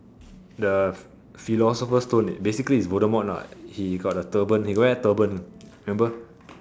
the philosopher stone basically is the voldemort lah he wear the turban wear the turban remember